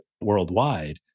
worldwide